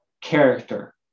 character